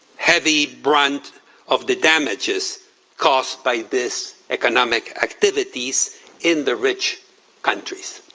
heavy brunt of the damages caused by this economic activities in the rich countries.